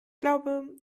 glaube